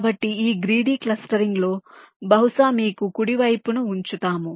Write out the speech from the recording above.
కాబట్టి ఈ గ్రీడీ క్లస్టరింగ్లో బహుశా మీరు కుడి వైపున వుంచుతాము